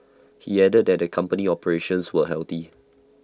he added that the company's operations were healthy